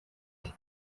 ati